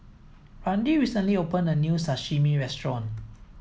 Randi recently opened a new Sashimi restaurant